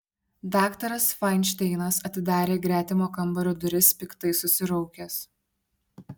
daktaras fainšteinas atidarė gretimo kambario duris piktai susiraukęs